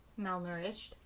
malnourished